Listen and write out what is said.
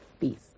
peace